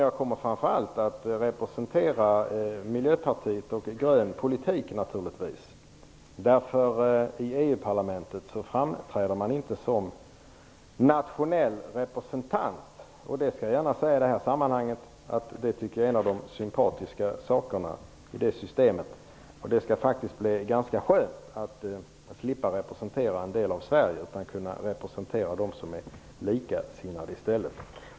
Jag kommer framför allt att representera Miljöpartiet och en grön politik. I EU-parlamentet framträder man inte som en nationell representant. Jag skall gärna säga i det här sammanhanget att jag tycker att det är en av de sympatiska sakerna i det systemet. Det skall faktiskt bli ganska skönt att slippa representera en del av Sverige och kunna representera dem som är likasinnade i stället.